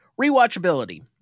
Rewatchability